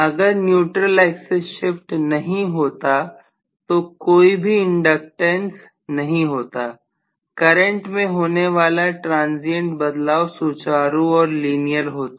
अगर neutral axis shift नहीं होती तो कोई न कोई भी इंडक्टेंस नहीं होता करंट में होने वाला ट्रांजियंट बदलाव सुचारू और लीनियर होता